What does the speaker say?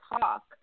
Talk